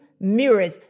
Mirrors